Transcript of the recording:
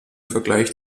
vergleich